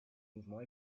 mouvement